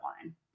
line